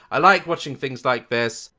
i like watching things like this.